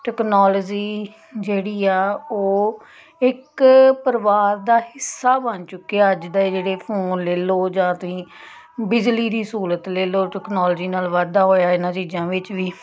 technology ਜਿਹੜੀ ਆ ਉਹ ਇੱਕ ਪਰਿਵਾਰ ਦਾ ਹਿੱਸਾ ਬਣ ਚੁੱਕੀ ਅੱਜ ਦਾ ਜਿਹੜੇ ਫ਼ੋਨ ਲੈ ਲਓ ਜਾਂ ਤੁਸੀਂ ਬਿਜਲੀ ਦੀ ਸਹੂਲਤ ਲੈ ਲਓ ਟੈਕਨੋਲੋਜੀ ਨਾਲ਼ ਵਾਧਾ ਹੋਇਆ ਇਹਨਾਂ ਚੀਜ਼ਾਂ ਵਿੱਚ ਵੀ